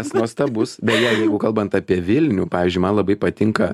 jis nuostabus beje jeigu kalbant apie vilnių pavyzdžiui man labai patinka